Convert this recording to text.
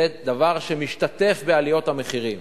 זה דבר שמשתתף בעליות המחירים.